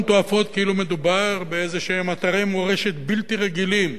תועפות כאילו מדובר באיזה אתרי מורשת בלתי רגילים,